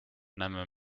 näeme